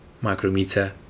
micrometer